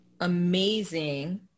amazing